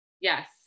Yes